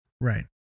Right